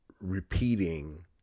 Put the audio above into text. repeating